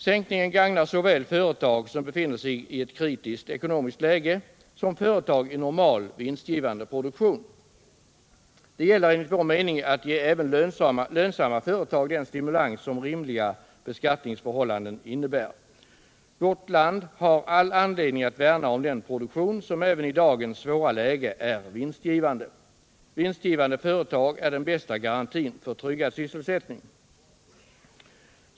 Sänkningen gagnar såväl företag vilka befinner sig i ett kritiskt ekonomiskt läge som företag i normal, vinstgivande produktion. Det gäller enligt vår mening att ge även lönsamma företag den stimulans som rimliga beskattningsförhållanden innebär. Vårt land har all anledning att värna om den produktion som även i dagens hårda läge är vinstgivande. Vinstgivande företag är den bästa garantin för tryggad sysselsättning.